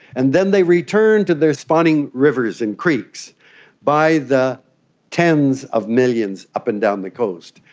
and then they return to their spawning rivers and creeks by the tens of millions up and down the coast.